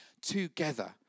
together